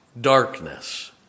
darkness